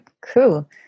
Cool